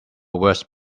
words